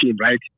right